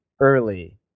early